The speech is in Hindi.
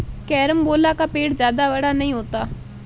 कैरमबोला का पेड़ जादा बड़ा नहीं होता